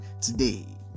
today